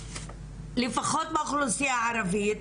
לפחות באוכלוסיה הערבית,